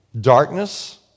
Darkness